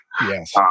Yes